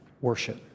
worship